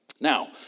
Now